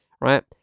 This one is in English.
right